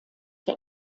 der